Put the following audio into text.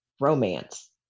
romance